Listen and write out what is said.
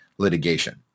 litigation